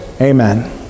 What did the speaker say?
amen